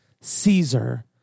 Caesar